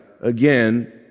again